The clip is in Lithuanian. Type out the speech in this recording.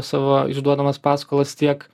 savo išduodamas paskolas tiek